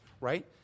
right